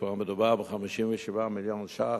כבר מדובר ב-57 מיליון ש"ח,